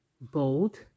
bold